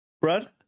Brad